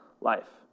life